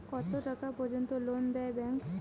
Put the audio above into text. কত টাকা পর্যন্ত লোন দেয় ব্যাংক?